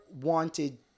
wanted